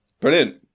brilliant